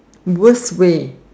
worst way